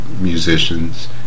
musicians